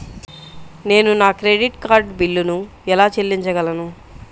నేను నా credit card బిల్లును ఎలా చెల్లించగలను?